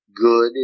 good